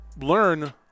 learn